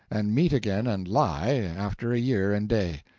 and meet again and lie, after year and day.